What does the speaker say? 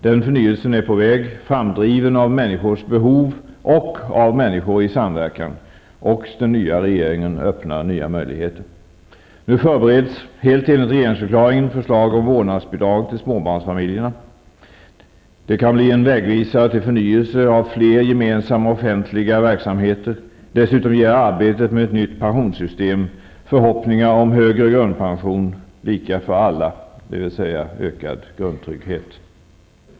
Den förnyelsen är på väg, framdriven av människors behov och av människor i samverkan, och den nya regeringen öppnar nya möjligheter. Nu förbereds, helt enligt regeringsförklaringen, förslag om vårdnadsbidrag till småbarnsfamiljerna. Det kan bli en vägvisare till förnyelse av fler gemensamma offentliga verksamheter. Dessutom ger arbetet med ett nytt pensionssystem förhoppningar om högre grundpension, lika för alla, dvs. ökad grundtrygghet.